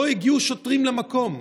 לא הגיעו שוטרים למקום,